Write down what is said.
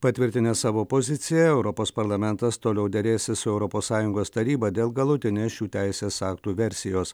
patvirtinęs savo poziciją europos parlamentas toliau derėsis su europos sąjungos taryba dėl galutinės šių teisės aktų versijos